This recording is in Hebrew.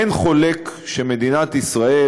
אין חולק שמדינת ישראל,